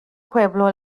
pueblo